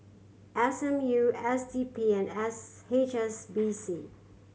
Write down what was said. S M U S D P and S H S B C